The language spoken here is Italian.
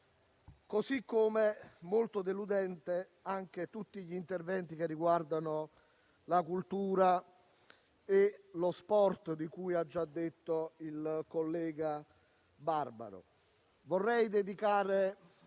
modo sono molto deludenti gli interventi che riguardano la cultura e lo sport, di cui ha già parlato il collega Barbaro.